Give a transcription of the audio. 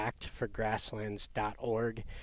actforgrasslands.org